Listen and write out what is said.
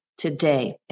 today